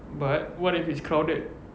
but what if it's crowded